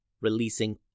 releasing